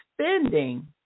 spending